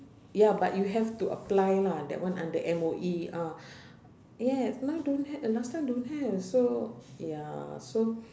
ya but you have to apply lah that one under M_O_E ah yes mine don't have last time don't have so ya so